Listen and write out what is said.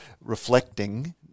reflecting